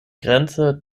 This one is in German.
grenze